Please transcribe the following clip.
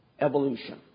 evolution